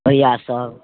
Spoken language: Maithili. भैयासब